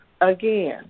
again